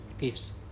gifts